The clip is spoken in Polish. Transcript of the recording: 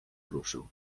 ruszył